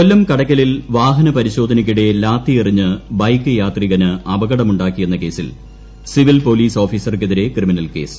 കൊല്ലം കടയ്ക്കല്ടിൽ പ്രവാഹന പരിശോധനയ്ക്കിടെ ന് ലാത്തിയെറിഞ്ഞ് ബ്രെക്ക് യാത്രികന് അപകടമുണ്ടാക്കിയെന്ന സിവിൽ പോലീസ് ഓഫീസർക്കെതിരെ ക്രിമിനൽ കേസിൽ കേസ്